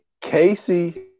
Casey